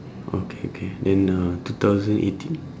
okay okay then uh two thousand eighteen